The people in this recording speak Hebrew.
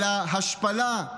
על ההשפלה,